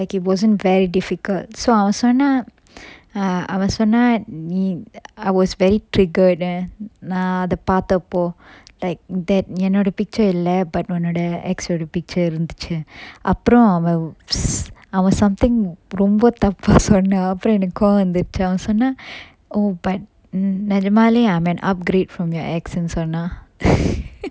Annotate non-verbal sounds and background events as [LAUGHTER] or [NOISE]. wasn't very difficult so அவன் சொன்னான்:avan sonnan err அவன் சொன்னான் நீ:avan sonnan nee I was very triggered நா அத பாத்தப்போ:na atha pathappo like that என்னோட:ennoda picture இல்ல:illa but ஒன்னோட:onnoda ex ஓட:oda picture இருந்துச்சி அப்புறம் அவன் அவன்:irunduchi appuram avan avan something ரொம்ப தப்பா சொன்னான் அப்புறம் எனக்கு கோவம் வந்துரிச்சி அவன் சொன்னான்:romba thappa sonnan appuram enakku kovam vanthurichi avan sonnan oh but நெஜமாலே:nejamale I'm an upgrade from your ex னு சொன்னான்:nu sonnan [LAUGHS]